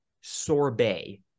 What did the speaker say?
sorbet